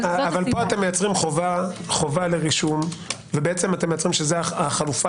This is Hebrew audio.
פה אתם מייצרים חובה לרישום ומיצרים שזו החלופה